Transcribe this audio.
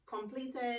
completed